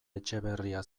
etxeberria